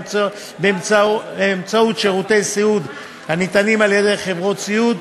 באמצעות שירותי סיעוד הניתנים על-ידי חברות הסיעוד,